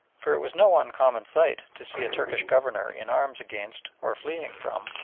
for it was no uncommon sight to see a turkish governor in arms against, or fleeing from,